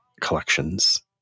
collections